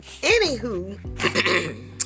Anywho